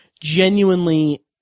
genuinely